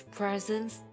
presents